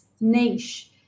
niche